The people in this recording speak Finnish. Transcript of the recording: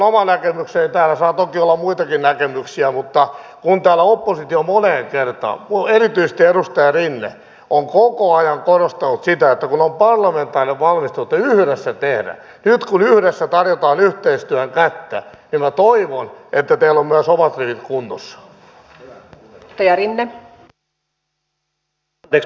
täällä saa toki olla muitakin näkemyksiä mutta kun täällä oppositio moneen kertaan erityisesti edustaja rinne on koko ajan korostanut sitä että on parlamentaarinen valmistelu ja että yhdessä tehdään nyt kun yhdessä tarjotaan yhteistyön kättä niin minä toivon että teillä on myös omat rivit kunnossa